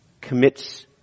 commits